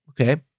okay